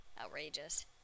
Outrageous